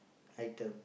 item